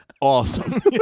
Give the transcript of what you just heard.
awesome